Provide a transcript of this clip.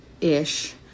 ish